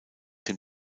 dem